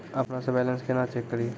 अपनों से बैलेंस केना चेक करियै?